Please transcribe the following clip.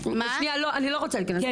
אני לא רוצה להיכנס לפרטים,